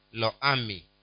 loami